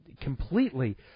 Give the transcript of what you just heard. completely